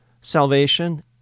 salvation